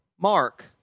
Mark